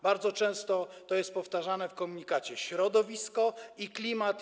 Bardzo często jest to powtarzane w komunikacie: środowisko i klimat.